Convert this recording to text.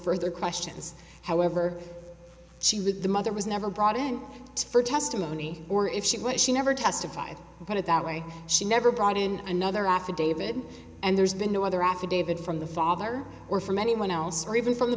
further questions however she with the mother was never brought in for testimony or if she was she never testified about it that way she never brought in another affidavit and there's been no other affidavit from the father or from anyone else or even from the